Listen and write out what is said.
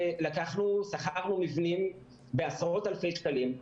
שכרנו מבנים בעשרות אלפי שקלים,